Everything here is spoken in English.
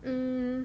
mm